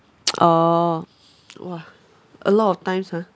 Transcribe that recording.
orh !wah! a lot of times ha